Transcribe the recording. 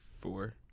Four